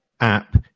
app